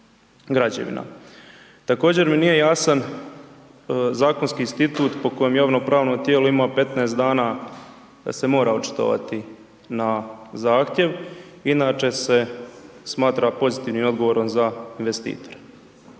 građevina. Također mi nije jasan zakonski institut po kojem javno-pravno tijelo ima 15 dana se mora očitovati na zahtjev, inače se smatra pozitivnim odgovorom za investitore.